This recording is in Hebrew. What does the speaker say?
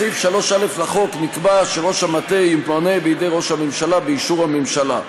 בסעיף 3(א) לחוק נקבע שראש המטה ימונה בידי ראש הממשלה באישור הממשלה.